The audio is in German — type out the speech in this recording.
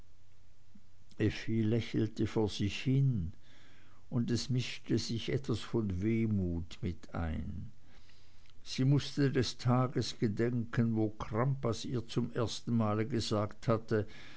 lächelte vor sich hin und es mischte sich etwas von wehmut mit ein sie mußte des tages gedenken wo crampas ihr zum erstenmal gesagt hatte